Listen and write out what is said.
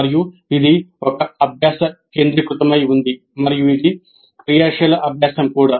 మరియు ఇది అభ్యాస కేంద్రీకృతమై ఉంది మరియు ఇది క్రియాశీల అభ్యాసం కూడా